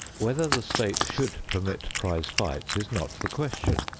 whether the state should permit prize fights is not the question.